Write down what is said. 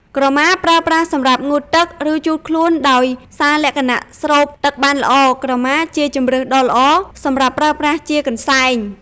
ក្រមាប្រើប្រាស់សម្រាប់ងូតទឹក ឬ ជូតខ្លួនដោយសារលក្ខណៈស្រូបទឹកបានល្អ ក្រមាជាជម្រើសដ៏ល្អសម្រាប់ប្រើប្រាស់ជាកន្សែង។